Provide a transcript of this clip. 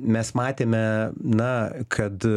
mes matėme na kad